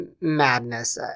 madness